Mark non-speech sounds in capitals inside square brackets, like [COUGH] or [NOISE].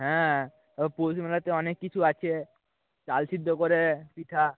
হ্যাঁ [UNINTELLIGIBLE] পৌষ মেলাতে অনেক কিছু আছে চাল সেদ্ধ করে পিঠে